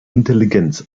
intelligenz